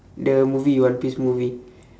the movie one piece movie